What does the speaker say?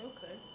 Okay